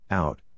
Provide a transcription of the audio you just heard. out